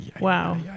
wow